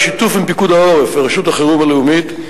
בשיתוף עם פיקוד העורף ורשות החירום הלאומית,